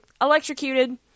electrocuted